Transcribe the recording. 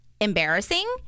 embarrassing